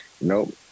nope